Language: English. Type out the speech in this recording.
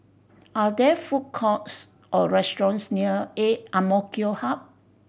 are there food courts or restaurants near A M K Hub